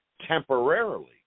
temporarily